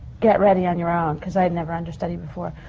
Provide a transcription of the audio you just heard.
get ready on your own, because i had never understudied before.